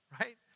Right